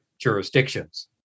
jurisdictions